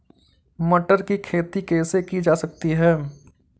टमाटर की खेती कैसे की जा सकती है?